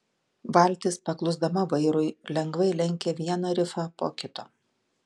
valtis paklusdama vairui lengvai lenkė vieną rifą po kito